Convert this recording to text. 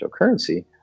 cryptocurrency